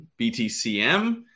BTCM